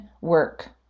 work